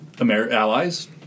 Allies